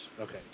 Okay